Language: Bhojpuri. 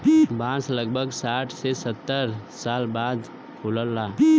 बांस लगभग साठ से सत्तर साल बाद फुलला